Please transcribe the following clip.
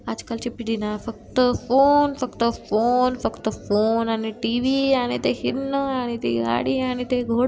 आजकालची पिढी नं फक्त फोन फक्त फोन फक्त फोन आणि टी व्ही आणि ते हिडणं आणि ते गाडी आणि ते घोडं